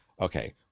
Okay